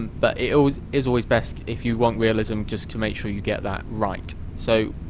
but it is always best if you want realism just to make sure you get that right. so,